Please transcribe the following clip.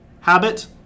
Habit